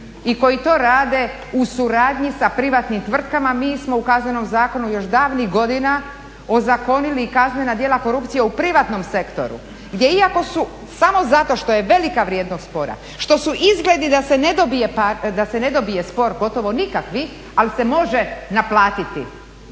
i koji to rade u suradnji sa privatnim tvrtkama. Mi smo u Kaznenom zakonu još davnih godina ozakonili i kaznena djela korupcije u privatnom sektoru gdje iako su samo zato što je velika vrijednost spora, što su izgledi da se ne dobije spor gotovo nikakvi ali se može naplatiti.